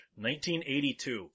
1982